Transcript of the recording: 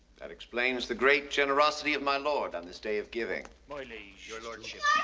that explains the great generosity of my lord on this day of giving. my liege. your lordship.